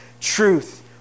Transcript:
Truth